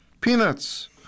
Peanuts